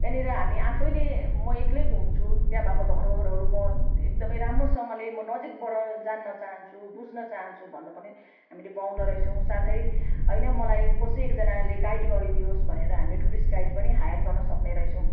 यहाँनिर हामी आफैँले म एक्लै घुम्छु त्यहाँ भएको धरोहरहरू म एकदमै राम्रोसँगले म नजिकबाट जान्न चाहन्छु बुझ्न चाहन्छु भन्न पनि हामीले पाउँदो रहेछौँ साथै हैन मलाई कसै एकजनाले गाइड गरिदियोस् भनेर हामीले टुरिस्ट गाइड पनि हायर गर्न सक्ने रहेछौँ